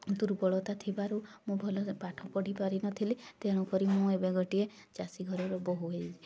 ଦୁର୍ବଳତା ଥିବାରୁ ମୁଁ ଭଲରେ ପାଠ ପଢ଼ି ପାରିନଥିଲି ତେଣୁକରି ମୁଁ ଏବେ ଗୋଟିଏ ଚାଷୀ ଘରର ବୋହୂ